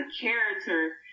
character